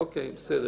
בסדר.